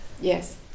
Yes